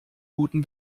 guten